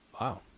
wow